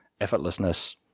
effortlessness